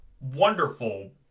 wonderful